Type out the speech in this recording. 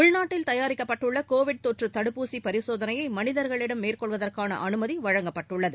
உள்நாட்டில் தயாரிக்கப்பட்டுள்ள கோவிட் தொற்று தடுப்பூசி பரிசோதனையை மனிதர்களிடம் மேற்கொள்வதற்கான அனுமதி வழங்கப்பட்டுள்ளது